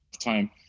time